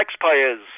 taxpayers